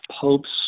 popes